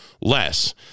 less